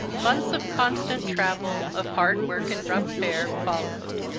months of constant travel, of hard work and rough fare, followed.